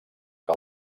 que